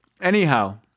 Anyhow